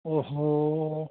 ओहो